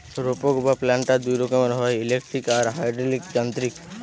রোপক বা প্ল্যান্টার দুই রকমের হয়, ইলেকট্রিক আর হাইড্রলিক যান্ত্রিক